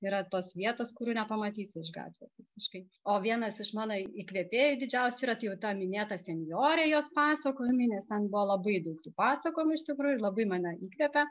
yra tos vietos kurių nepamatysi iš gatvės visiškai o vienas iš mano įkvėpėjų didžiausių yra jau ta minėta senjorė jos pasakojimai nes ten buvo labai daug tų pasakojimų iš tikrųjų ir labai mane įkvėpė